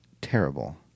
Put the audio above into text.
terrible